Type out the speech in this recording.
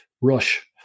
rush